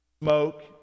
smoke